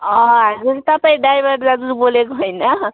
हजुर तपाईँ ड्राइभर दाजु बोलेको हैन